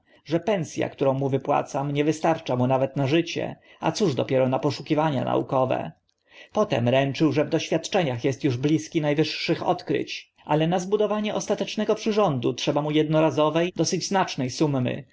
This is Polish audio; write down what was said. że pens a którą mu wypłacam nie wystarcza mu nawet na życie a cóż dopiero na poszukiwania naukowe potem ręczył że w doświadczeniach est uż bliski na wyższych odkryć ale na zbudowanie ostatecznego przyrządu trzeba mu ednorazowe dosyć znaczne sumy